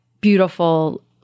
beautiful